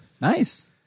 Nice